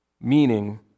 meaning